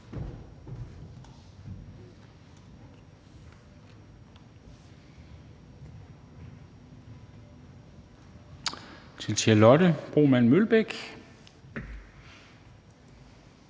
fru Charlotte Broman Mølbæk.